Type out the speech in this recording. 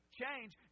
change